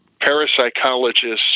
parapsychologists